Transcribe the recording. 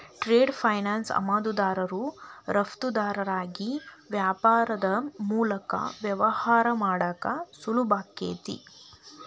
trade finance ಆಮದುದಾರರು ರಫ್ತುದಾರರಿಗಿ ವ್ಯಾಪಾರದ್ ಮೂಲಕ ವ್ಯವಹಾರ ಮಾಡಾಕ ಸುಲಭಾಕೈತಿ